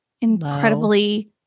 incredibly